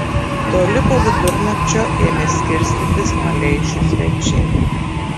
toli po vidurnakčio ėmė skirstytis maleišių svečiai